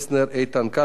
איתן כבל,